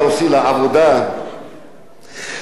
אני מגיש את הצעת החוק.